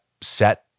set